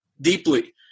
deeply